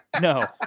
no